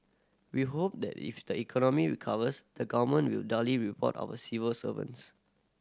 we hope that if the economy recovers the Government will duly reward our civil servants